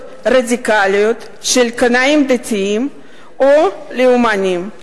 רדיקליות של קנאים דתיים או לאומנים.